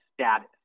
status